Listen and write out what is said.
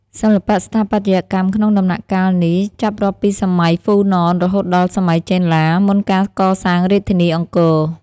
សិល្បៈស្ថាបត្យកម្មក្នុងតំណាក់កាលនេះចាប់រាប់ពីសម័យហ្វូណន រហូតដល់ សម័យចេនឡា មុនការកសាងរាជធានីអង្គរ។